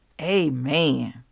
Amen